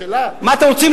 מה אתם רוצים,